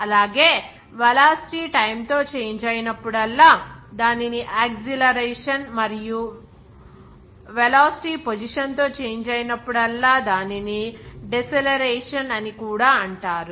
అలాగే velocity time తో change ఐనపుడల్లా దానిని యాక్సిలరేషన్ మరియు వెలాసిటీ పొజిషన్ తో చేంజ్ ఐనపుడల్లా దానిని డెసెలేరేషన్ అని కూడా అంటారు